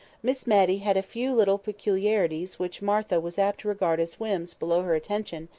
miss matty had a few little peculiarities which martha was apt to regard as whims below her attention,